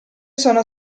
sono